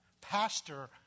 pastor